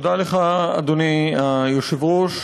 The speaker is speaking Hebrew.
תודה לך, אדוני היושב-ראש,